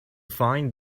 find